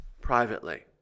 privately